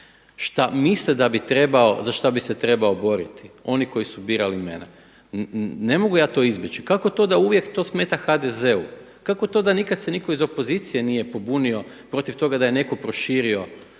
šta misle za šta bi se trebao boriti oni koji su birali mene. Ne mogu ja to izbjeći. Kako to da uvijek to smeta HDZ-u? Kako to da nikad se nitko iz opozicije nije pobunio protiv toga da je netko proširio